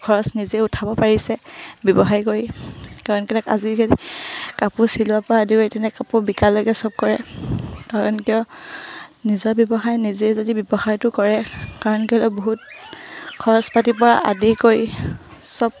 খৰচ নিজে উঠাব পাৰিছে ব্যৱসায় কৰি কাৰণ কেলৈ আজিকালি যদি কাপোৰ চিলোৱাৰপৰা আদি কৰি তেনেকৈ কাপোৰ বিকালৈকে চব কৰে কাৰণ কিয় নিজৰ ব্যৱসায় নিজেই যদি ব্যৱসায়টো কৰে কাৰণ কেলৈ বহুত খৰচ পাতিৰপৰা আদি কৰি চব